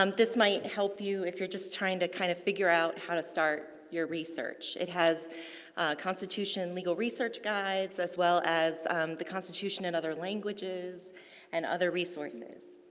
um this might help you if you're just trying to kind of figure out how to start your research. it has constitution legal research guides as well as the constitution in other languages and other resources.